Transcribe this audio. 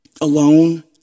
alone